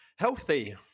Healthy